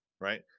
right